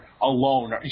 alone